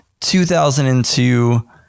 2002